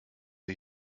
ihr